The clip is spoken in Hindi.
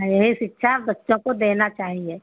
हाँ यही शिक्षा बच्चों को देना चाहिए